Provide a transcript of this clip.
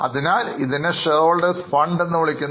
അതിനാൽ ഇതിനെ shareholders fund എന്നറിയപ്പെടുന്നു